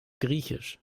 griechisch